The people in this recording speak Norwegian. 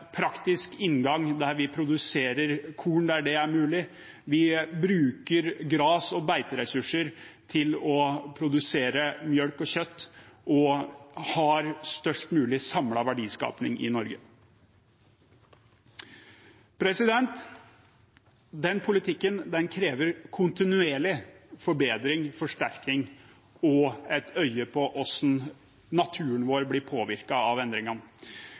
praktisk inngang, der vi produserer korn der det er mulig, vi bruker gress- og beiteressurser til å produsere melk og kjøtt og har størst mulig samlet verdiskaping i Norge. Den politikken krever kontinuerlig forbedring, forsterking og et øye på hvordan naturen vår blir påvirket av endringene.